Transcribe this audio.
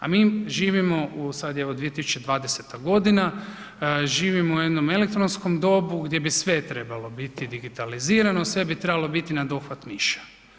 A mi živimo u, sad je evo 2020. g., živimo u jednom elektronskom dobu gdje bi sve trebalo biti digitalizirano, sve bi trebalo biti nadohvat miša.